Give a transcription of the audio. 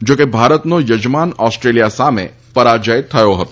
જોકે ભારતનો યજમાન ઓસ્ટ્રેલિયા સામે પરાજય થયો હતો